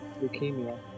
leukemia